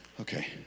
Okay